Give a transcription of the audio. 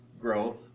growth